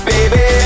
Baby